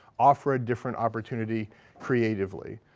offer a different opportunity creatively?